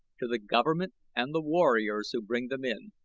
to the government and the warriors who bring them in.